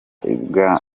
imbwa